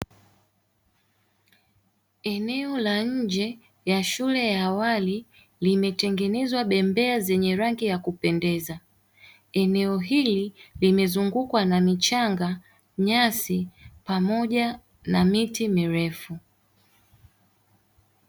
Eneo la nje ya shule ya awali, limetengenezwa bembea zenye rangi ya kupendeza. Eneo hili limezungukwa na michanga, nyasi, pamoja na miti mirefu.